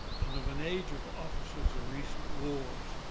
and of an age of officers and recent wars